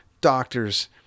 doctors